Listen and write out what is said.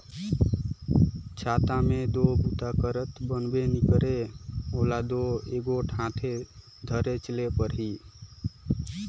छाता मे दो बूता करत बनबे नी करे ओला दो एगोट हाथे धरेच ले परही